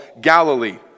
Galilee